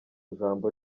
ijambo